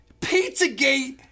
Pizzagate